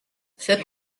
فکر